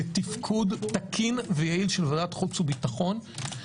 לתפקוד תקין ויעיל של ועדת חוץ וביטחון,